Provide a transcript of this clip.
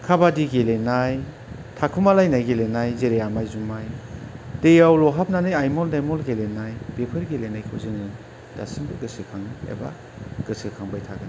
खाबादि गेलेनाय थाखुमालायनाय गेलेनाय जेरै आमाय जुमाय दैयाव लहाबनानै आमोल दिमोल गेलेनाय बेफोर गेलेनायखौ जोङो दासिमबो गोसोखाङो एबा गोसोखांबाय थागोन